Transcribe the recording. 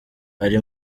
ari